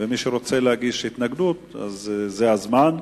מי שרוצה להגיש התנגדות, זה הזמן,